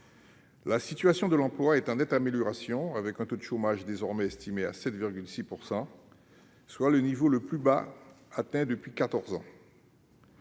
La situation de l'emploi est en nette amélioration, avec un taux de chômage désormais estimé à 7,6 %, soit le niveau le plus bas atteint depuis